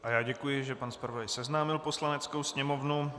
A já děkuji, že pan zpravodaj seznámil Poslaneckou sněmovnu.